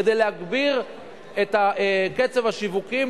כדי להגביר את קצב השיווקים,